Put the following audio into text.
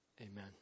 amen